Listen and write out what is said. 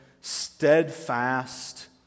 steadfast